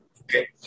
okay